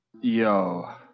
Yo